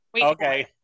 Okay